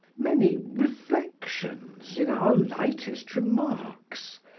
many reflections in our lightest remarks,